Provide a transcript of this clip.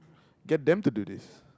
get them to do this